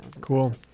Cool